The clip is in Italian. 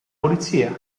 polizia